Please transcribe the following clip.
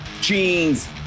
jeans